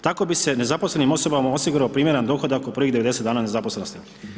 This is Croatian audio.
Tako bi se nezaposlenim osobama osigurao primjeran dohodak u prvih 90 dana nezaposlenosti.